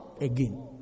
Again